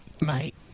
mate